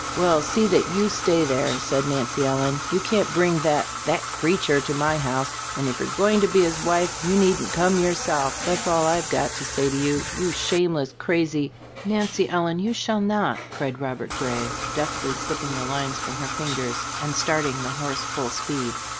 well, see that you stay there, said nancy ellen. you can't bring that that creature to my house, and if you're going to be his wife, you needn't come yourself. that's all i've got to say to you, you shameless, crazy nancy ellen, you shall not! cried robert gray, deftly slipping the lines from her fingers, and starting the horse full speed.